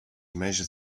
measure